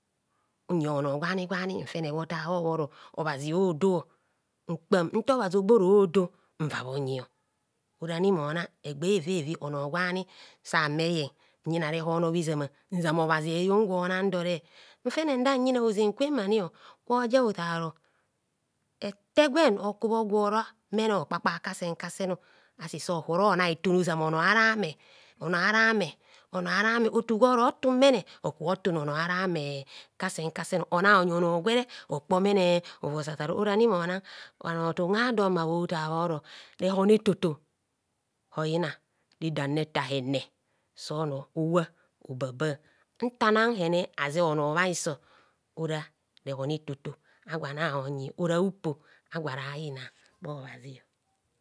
Nye onogwanigwani nfene bhotabho bhoro obhazi odo mkpam nta obhazi ogborodo nva bhonyi or ani mona egbe evievi ono gwani san bheyen nyiha rehonor bhezama nzama obhazi a’ eyon gwon nan dore nfene ndq nyina hozen kwen ani kwoja o ta oro ete gwen ani okubho gwaja mene okpakpa kasen kasen asi sorona itune ozama onor ara me onor aramr onorara me otu gworo tunmene okotun onor arame kasen kasen ona onyi onogwere okpo mene ovose otar orani mona orani mona bhanotum ado mma bhota bharo rehon etoto oyina redam retar hene sonor owap obaba ntana hene aze onor bhahiso ora rehon etoto agwo ana aonyi ora bhupo agwo ara yina